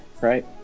right